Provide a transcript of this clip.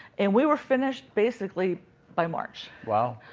and we were finished basically by march. wow.